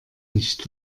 nicht